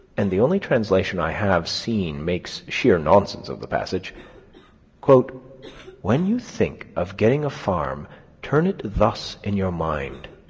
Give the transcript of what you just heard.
and the only translation i have seen makes sheer nonsense of the passage when you think of getting a farm turn it thus in your mind,